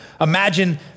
Imagine